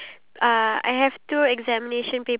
nasi lemak